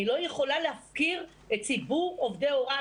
אני לא יכולה להפקיר את ציבור עובדי ההוראה.